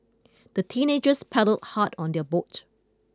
the teenagers paddled hard on their boat